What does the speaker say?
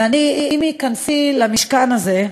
ואני, עם היכנסי למשכן הזה,